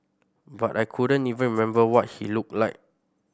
but I couldn't even remember what he looked like